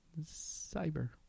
Cyber